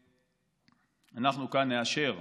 אנחנו כאן נאשר,